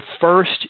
first